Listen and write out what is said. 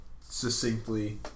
succinctly